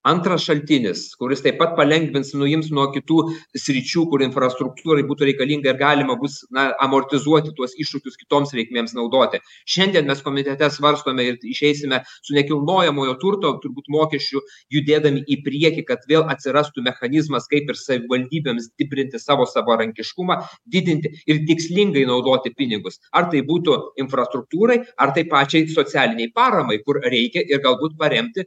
antras šaltinis kuris taip pat palengvins nuims nuo kitų sričių kur infrastruktūrai būtų reikalinga ir galima bus na amortizuoti tuos iššūkius kitoms reikmėms naudoti šiandien mes komitete svarstome ir išeisime su nekilnojamojo turto turbūt mokesčiu judėdami į priekį kad vėl atsirastų mechanizmas kaip ir savivaldybėms stiprinti savo savarankiškumą didinti ir tikslingai naudoti pinigus ar tai būtų infrastruktūrai ar tai pačiai socialinei paramai kur reikia ir galbūt paremti